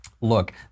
Look